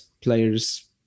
players